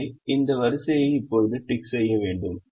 எனவே இந்த வரிசையை இப்போது டிக் செய்ய வேண்டும்